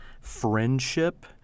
friendship